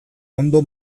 ondo